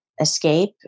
escape